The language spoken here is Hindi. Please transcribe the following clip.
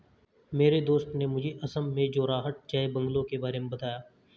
मेरे दोस्त ने मुझे असम में जोरहाट चाय बंगलों के बारे में बताया